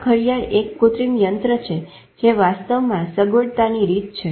આ ઘડિયાળ એક કુત્રિમ યંત્ર છે જે વાસ્તવમાં સગવડતાની રીત છે